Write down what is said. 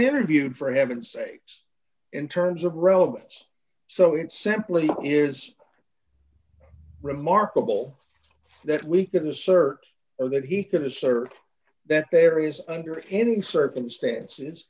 interviewed for heaven's sakes in terms of relevance so it simply is remarkable that we could assert or that he could assert that there is under any circumstances